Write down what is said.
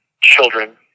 children